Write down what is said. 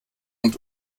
und